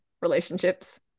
relationships